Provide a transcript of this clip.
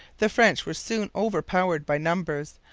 the french were soon overpowered by numbers,